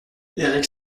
eric